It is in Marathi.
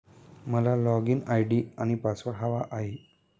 मला लॉगइन आय.डी आणि पासवर्ड हवा आहे